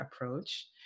approach